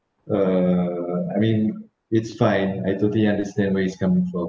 uh I mean it's fine I totally understand where he's coming from